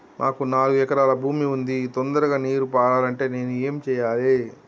మాకు నాలుగు ఎకరాల భూమి ఉంది, తొందరగా నీరు పారాలంటే నేను ఏం చెయ్యాలే?